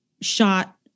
shot